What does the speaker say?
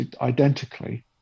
identically